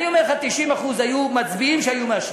אני אומר לך: 90% היו מצביעים שהיו מאשרים.